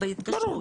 ברור,